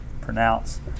pronounce